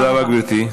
תודה רבה, גברתי.